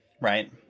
right